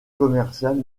commercial